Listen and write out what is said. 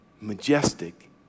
majestic